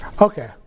Okay